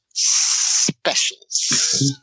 Specials